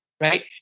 right